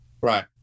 right